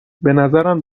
بنظرم